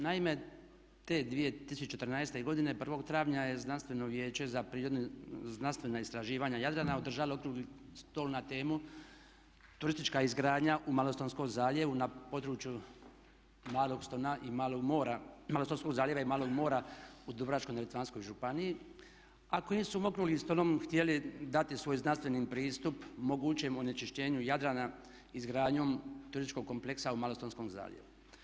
Naime, te 2014.godine 1.travnja je Znanstveno vijeće za znanstvena istraživanja Jadranka održalo okrugli stol na temu turistička izgradnja u Malostonskom zaljevu na području Malog Stona i Malog Mora, Malostonskog zaljeva i Malog Mora u Dubrovačko neretvanskoj županiji a kojim su okruglim stolom htjeli dati svoj znanstveni pristup mogućem onečišćenju Jadrana izgradnjom turističkog kompleksa u Malostonskom zaljevu.